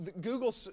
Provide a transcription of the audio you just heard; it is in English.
Google